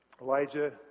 Elijah